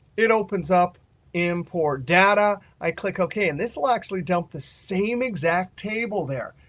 it opens up import data. i click ok, and this will actually dump the same exact table there.